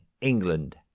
England